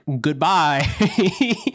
goodbye